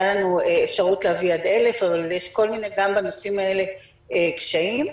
הייתה לנו אפשרות להביא עד 1,000 אבל גם בנושאים האלה יש כל מיני קשיים.